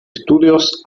estudios